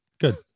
good